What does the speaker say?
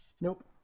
Nope